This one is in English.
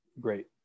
Great